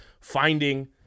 finding